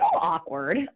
awkward